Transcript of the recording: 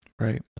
Right